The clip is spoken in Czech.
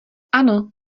ano